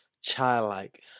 childlike